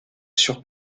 sur